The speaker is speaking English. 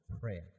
prayer